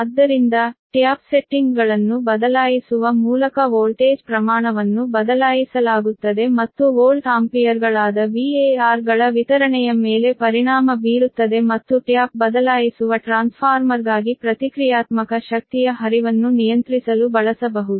ಆದ್ದರಿಂದ ಟ್ಯಾಪ್ ಸೆಟ್ಟಿಂಗ್ಗಳನ್ನು ಬದಲಾಯಿಸುವ ಮೂಲಕ ವೋಲ್ಟೇಜ್ ಪ್ರಮಾಣವನ್ನು ಬದಲಾಯಿಸಲಾಗುತ್ತದೆ ಮತ್ತು ವೋಲ್ಟ್ ಆಂಪಿಯರ್ಗಳಾದ VAR ಗಳ ವಿತರಣೆಯ ಮೇಲೆ ಪರಿಣಾಮ ಬೀರುತ್ತದೆ ಮತ್ತು ಟ್ಯಾಪ್ ಬದಲಾಯಿಸುವ ಟ್ರಾನ್ಸ್ಫಾರ್ಮರ್ಗಾಗಿ ಪ್ರತಿಕ್ರಿಯಾತ್ಮಕ ಶಕ್ತಿಯ ಹರಿವನ್ನು ನಿಯಂತ್ರಿಸಲು ಬಳಸಬಹುದು